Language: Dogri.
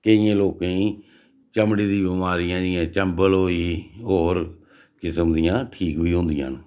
केइयें लोकें गी चमड़ी दी बमारियां जियां चंबल होई गेई होर किसम दियां ठीक बी होंदियां न